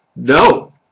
No